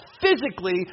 physically